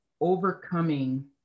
overcoming